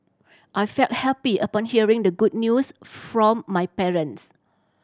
I felt happy upon hearing the good news from my parents